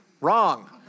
Wrong